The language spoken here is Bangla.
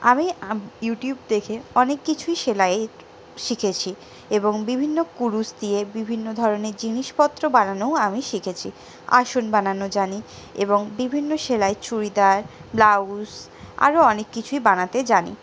আমি ইউটিউব দেখে অনেক কিছুই সেলাই শিখেছি এবং বিভিন্ন কুরুশ দিয়ে বিভিন্ন ধরনের জিনিস পত্র বানানোও আমি শিখেছি আসন বানানো জানি এবং বিভিন্ন সেলাই চুড়িদার ব্লাউজ আরও অনেক কিছুই বানাতে জানি